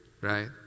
right